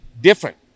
different